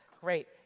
Great